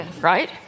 Right